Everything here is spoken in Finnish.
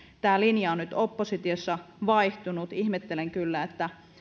tämä linja on nyt oppositiossa vaihtunut ihmettelen kyllä